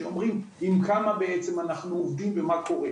שאומרים עם כמה בעצם אנחנו עובדים ומה קורה.